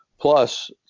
Plus